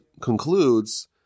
concludes